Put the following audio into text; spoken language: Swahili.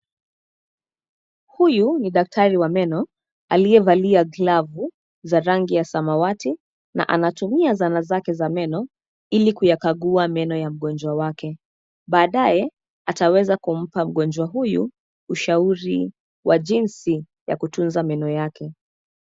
Huyu ni daktari wa meno aliyevalia glavu za rangi ya samawati na anatumia zana zake za meno ili kuyakagua meno ya mgonjwa wake, baaadaye ataweza kumpa mgonjwa huyu ushauri wa jinsi ya kutunza meno yake.